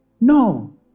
No